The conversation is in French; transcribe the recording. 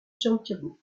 santiago